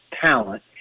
talent